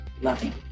loving